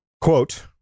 quote